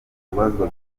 kubazwa